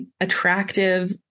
attractive